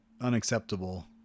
unacceptable